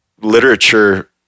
literature